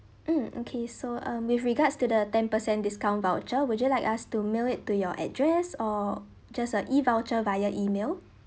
mm okay so um with regards to the ten percent discount voucher would you like us to mail it to your address or just a E voucher via email